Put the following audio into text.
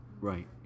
right